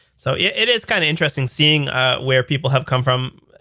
so yeah it is kind of interesting seeing ah where people have come from.